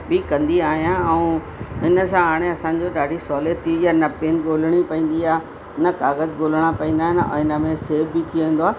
बि कंदी आहियां ऐं इन सां हाणे असांजो ॾाढी सहुलियत थी आहे ना पैन ॻोल्हणी पवंदी आहे न कागज़ ॻोल्हणा पवंदा आहिनि इन में सेव बि थी वेंदो आहे